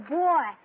boy